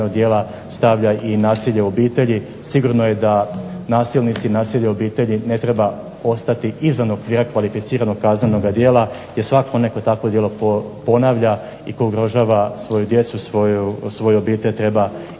djela stavlja i nasilje u obitelji, sigurno je da nasilnici, nasilje u obitelji ne treba biti izvan okvira kvalificiranog kaznenog djela, jer svatko netko takvo djelo ponavlja i ugrožava svoju djecu, svoju obitelj treba imati